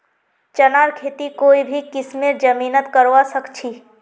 चनार खेती कोई भी किस्मेर जमीनत करवा सखछी